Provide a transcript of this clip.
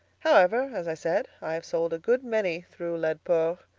however, as i said, i have sold a good many through laidpore.